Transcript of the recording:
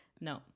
No